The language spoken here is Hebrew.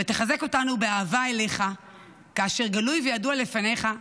ותחזק אותנו באהבה אליך כאשר גלוי וידוע לפניך,